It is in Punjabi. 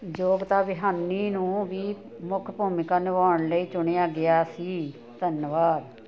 ਯੋਗਿਤਾ ਬਿਹਾਨੀ ਨੂੰ ਵੀ ਮੁੱਖ ਭੂਮਿਕਾ ਨਿਭਾਉਣ ਲਈ ਚੁਣਿਆ ਗਿਆ ਸੀ ਧੰਨਵਾਦ